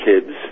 kids